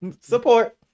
Support